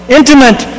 intimate